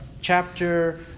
chapter